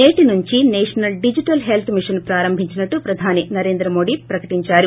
నేటి నుంచి national digital health mission పారంభించినట్ల పధాని నరేంద మోడీ పకటించారు